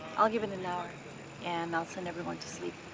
i'll give it an hour and i'll send everyone to sleep.